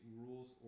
rules